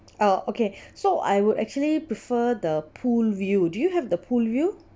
oh okay so I would actually prefer the pool view do you have the pool view